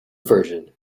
version